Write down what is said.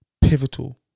pivotal